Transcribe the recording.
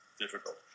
difficult